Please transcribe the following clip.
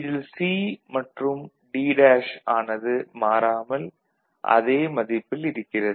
இதில் C மற்றும் D' ஆனது மாறாமல் அதே மதிப்பில் இருக்கிறது